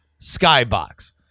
Skybox